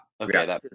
Okay